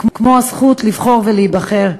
כמו הזכות לבחור ולהיבחר.